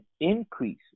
increase